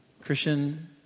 Christian